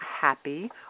happy